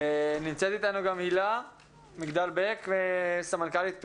נמצאת אתנו הילה מגדל בק, סמנכ"לית פר"ח.